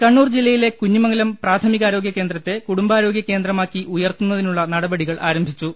കണ്ണൂർ ജില്ലയിലെ കുഞ്ഞിമംഗലം പ്രാഥമികാരോഗൃ കേന്ദ്രത്തെ കുടുംബാരോഗൃ കേന്ദ്രമാക്കി ഉയർത്തുന്ന തിനുള്ള നടപടികൾ ആരംഭിച്ചു